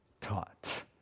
taught